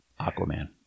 aquaman